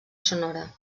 sonora